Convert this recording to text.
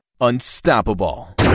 unstoppable